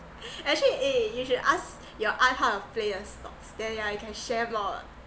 actually eh you should ask your eye kind of play uh stocks then I can share more